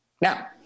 Now